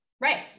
right